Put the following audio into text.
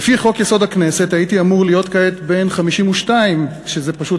ולפי חוק-יסוד: הכנסת הייתי אמור להיות כעת בן 52. זה פשוט,